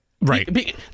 Right